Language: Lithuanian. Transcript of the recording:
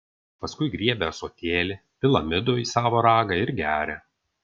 paskui griebia ąsotėlį pila midų į savo ragą ir geria